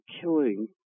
killing